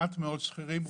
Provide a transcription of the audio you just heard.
יש מעט מאוד שכירים.